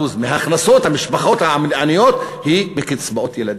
מהכנסות המשפחות העניות הן מקצבאות הילדים,